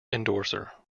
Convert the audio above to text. endorser